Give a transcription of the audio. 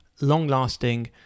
long-lasting